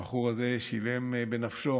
הבחור הזה שילם בנפשו